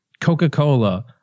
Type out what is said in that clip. Coca-Cola